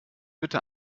bitte